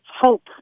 hope